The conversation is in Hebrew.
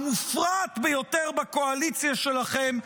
המופרעת ביותר בקואליציה שלכם,